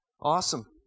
awesome